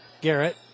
Garrett